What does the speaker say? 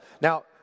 Now